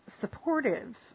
supportive